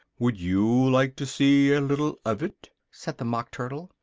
would you like to see a little of it? said the mock turtle.